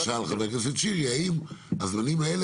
מה ששאל חבר הכנסת שירי הוא האם הזמנים האלה